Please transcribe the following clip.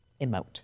emote